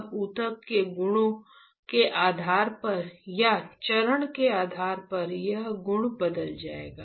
अब ऊतक के गुणों के आधार पर या चरण के आधार पर यह गुण बदल जाएगा